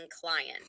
client